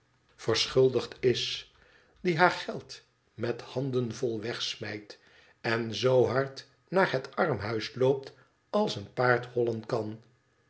schuldigd is die haar geld roet handenvol wegsmijt en zoo hard naar het armhuis loopt als een paard hollen kan